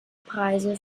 preise